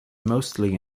mostly